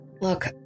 Look